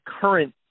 current